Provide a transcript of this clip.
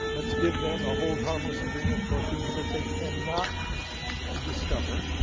let's give them a hold harmless agreement for things that they cannot discover.